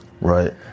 right